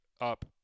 up